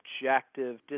objective